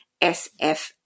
SF